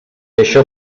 això